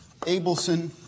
Abelson